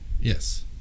yes